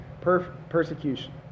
persecution